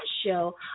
show